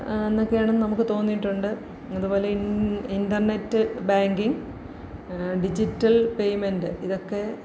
എന്നൊക്കെയാണെന്ന് നമുക്ക് തോന്നിയിട്ടുണ്ട് ഇതുപോലെ in internet banking digital payment ഇതൊക്കെ